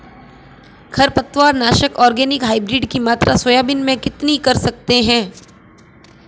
खरपतवार नाशक organic hybrid की मात्रा सोयाबीन में कितनी कर सकते हैं?